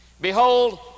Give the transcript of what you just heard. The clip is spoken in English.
Behold